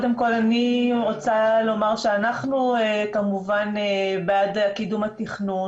אני רוצה לומר שאנחנו כמובן בעד קידום התכנון